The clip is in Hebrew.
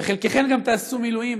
וחלקכן גם תעשו מילואים,